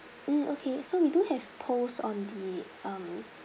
mm okay so we do have poles on the uh